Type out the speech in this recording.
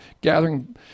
gathering